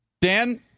Dan